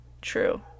true